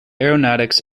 aeronautics